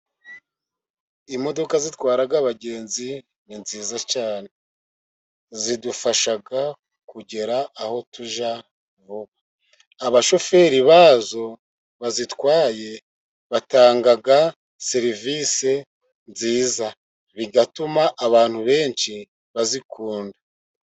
Imodoka zitwara abagenzi ni nziza cyane, zidufasha kugera aho tujya vuba, abashoferi bazo bazitwaye batanga serivisi nziza, bigatuma abantu benshi bazikunda.